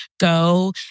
go